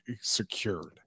secured